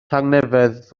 tangnefedd